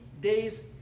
days